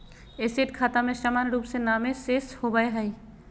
asset खाता में सामान्य रूप से नामे शेष होबय हइ